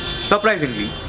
Surprisingly